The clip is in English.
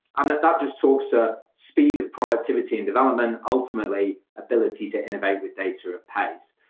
and that that just talks to speed of productivity and development. ultimately, ability to innovate with data or pace.